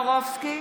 טופורובסקי,